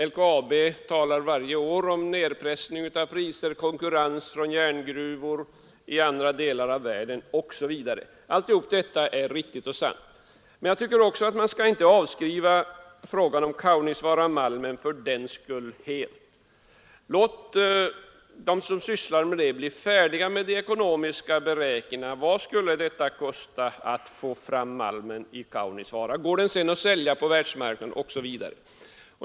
LKAB talar varje år om nedpressning av priser, konkurrens från järngruvor i andra delar av världen osv. Allt detta är riktigt och sant, men man skall fördenskull inte helt avskriva frågan om Kaunisvaaramalmen. Låt dem som sysslar med det bli färdiga med de ekonomiska beräkningarna av vad det skulle kosta att få fram malmen i Kaunisvaara och med bedömningarna av om den sedan går att sälja på världsmarknaden osv.